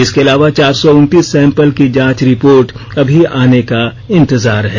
इसके अलावा चार सै उनतीस सैंपल की जांच रिपोर्ट अभी आने का इंतजार है